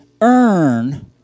earn